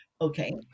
Okay